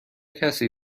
کسی